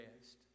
rest